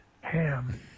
ham